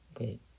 Okay